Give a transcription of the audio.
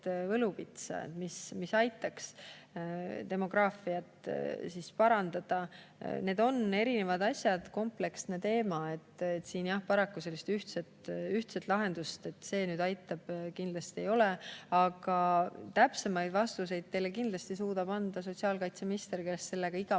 võluvitsa, mis aitaks demograafilist [olukorda] parandada. Need on erinevad asjad, kompleksne teema, nii et siin, jah, paraku sellist ühtset lahendust, mis nüüd aitab, kindlasti ei ole. Aga täpsemaid vastuseid suudab teile kindlasti anda sotsiaalkaitseminister, kes sellega